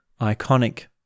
iconic